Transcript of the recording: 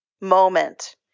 moment